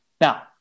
Now